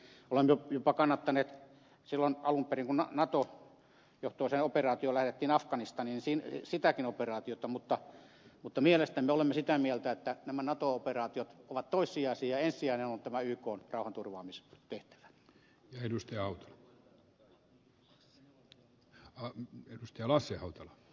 olemme jopa kannattaneet silloin alun perin kun nato johtoiseen operaatioon lähetettiin afganistaniin sitäkin operaatiota mutta olemme sitä mieltä että nämä nato operaatiot ovat toissijaisia ja ensisijainen on tämä ykn rauhanturvaamistehtävä